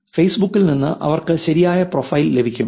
ഫേസ്ബുക്കിൽ നിന്ന് അവർക്ക് ശരിയായ പ്രൊഫൈൽ ലഭിക്കും